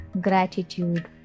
gratitude